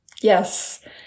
yes